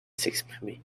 s’exprimer